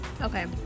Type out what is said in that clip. Okay